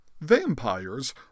Vampires